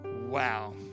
Wow